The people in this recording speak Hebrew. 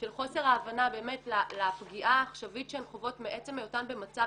של חוסר ההבנה לפגיעה העכשווית שהן חוות מעצם היותן במצב